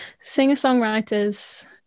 singer-songwriters